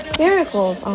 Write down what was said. miracles